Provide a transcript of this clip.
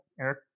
Eric